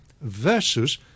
versus